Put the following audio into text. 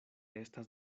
estas